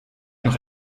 noch